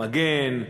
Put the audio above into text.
מגן,